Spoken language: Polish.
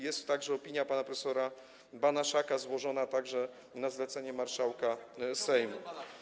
Jest też opinia pana prof. Banaszaka złożona na zlecenie marszałka Sejmu.